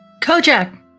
Kojak